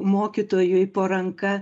mokytojui po ranka